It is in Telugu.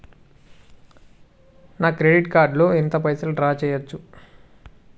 నా క్రెడిట్ కార్డ్ లో ఎంత పైసల్ డ్రా చేయచ్చు?